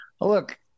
Look